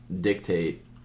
dictate